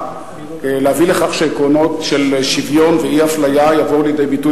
להביא לכך שעקרונות של שוויון ואי-אפליה יבואו לידי ביטוי